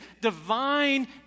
divine